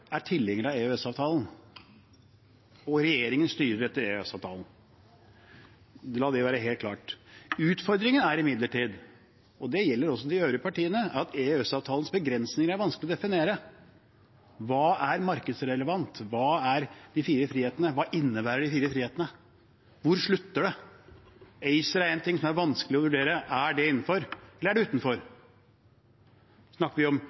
er tilhenger av EØS-avtalen, og regjeringen styrer etter EØS-avtalen. La det være helt klart. Utfordringen er imidlertid – det gjelder også de øvrige partiene – at EØS-avtalens begrensninger er vanskelige å definere: Hva er markedsrelevant? Hva er de fire frihetene? Hva innebærer de fire frihetene? Hvor slutter det? ACER er én ting som er vanskelig å vurdere – er det innenfor, eller er det utenfor? Snakker vi om